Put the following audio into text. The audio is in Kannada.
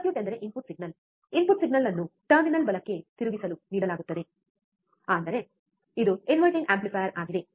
ಸರ್ಕ್ಯೂಟ್ ಎಂದರೆ ಇನ್ಪುಟ್ ಸಿಗ್ನಲ್ ಇನ್ಪುಟ್ ಸಿಗ್ನಲ್ ಅನ್ನು ಟರ್ಮಿನಲ್ ಬಲಕ್ಕೆ ತಿರುಗಿಸಲು ನೀಡಲಾಗುತ್ತದೆ ಅಂದರೆ ಇದು ಇನ್ವರ್ಟಿಂಗ್ ಆಂಪ್ಲಿಫಯರ್ ಆಗಿದೆ